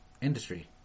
industry